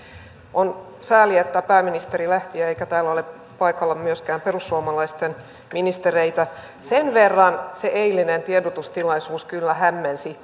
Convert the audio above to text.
on sääli että pääministeri lähti eikä täällä ole paikalla myöskään perussuomalaisten ministereitä sen verran se eilinen tiedotustilaisuus kyllä hämmensi